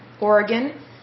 Oregon